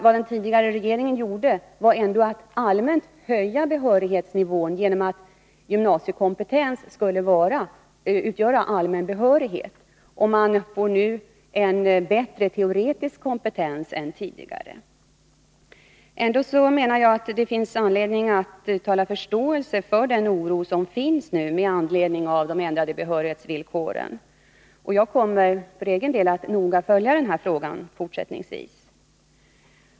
Vad den tidigare regeringen gjorde var ändå att allmänt höja behörighetsnivån, genom att besluta att gymnasiekompetens skulle utgöra allmän behörighet. Man får nu en bättre teoretisk kompetens än tidigare. Jag menar att det finns anledning att uttala förståelse för den oro som finns med anledning av de ändrade behörighetsvillkoren. Jag kommer för egen del att noga följa denna fråga fortsättningsvis.